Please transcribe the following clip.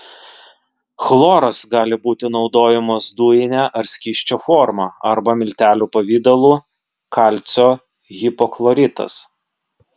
chloras gali būti naudojamas dujine ar skysčio forma arba miltelių pavidalu kalcio hipochloritas